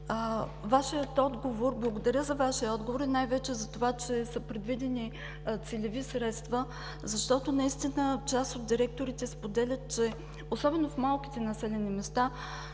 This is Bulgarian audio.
институции. Благодаря за Вашия отговор и най-вече за това, че са предвидени целеви средства, защото част от директорите споделят, особено в малките населени места,